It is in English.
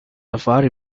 safari